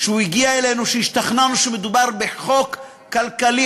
שהגיעו אלינו והשתכנענו שמדובר בחוק כלכלי,